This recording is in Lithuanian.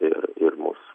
ir mūsų